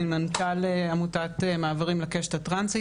אני מנכ"ל עמותת "מעברים לקשת הטרנסית",